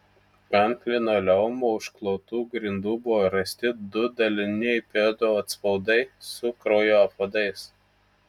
ant linoleumu užklotų grindų buvo rasti du daliniai pėdų atspaudai su kraujo apvadais